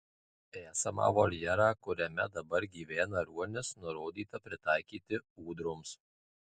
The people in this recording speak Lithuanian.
esamą voljerą kuriame dabar gyvena ruonis nurodyta pritaikyti ūdroms